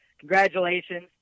congratulations